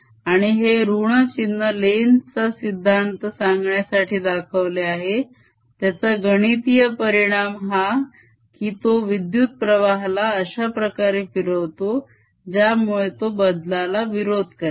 आणि हे ऋण चिन्ह लेन्झ चा सिद्धांत सांगण्यासाठी दाखवले आहे त्याचा गणितीय परिणाम हा की तो विद्युत प्रवाहाला अश्या प्रकारे फिरवतो ज्यामुळे तो बदलाला विरोध करेल